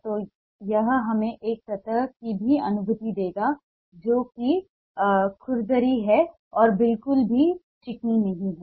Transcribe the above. तो यह हमें एक सतह की भी अनुभूति देगा जो कि खुरदरी है और बिल्कुल भी चिकनी नहीं है